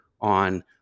on